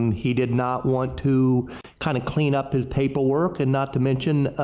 he did not want to kind of clean up his paperwork and not to mention